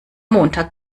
montag